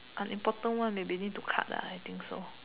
unimportant one they may need to cut lah I think so